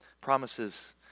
promises